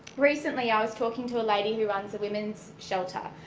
recently i was talking to a lady who runs a women's shelter.